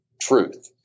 truth